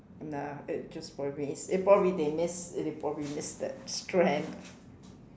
nah it's just probably it it probably they miss they probably miss that strand